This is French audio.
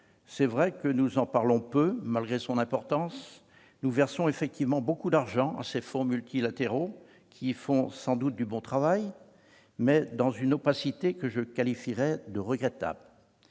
admettre que nous en parlons peu, malgré son importance : nous versons beaucoup d'argent aux fonds multilatéraux, qui font sans doute du bon travail, mais dans une opacité que je qualifierai de regrettable.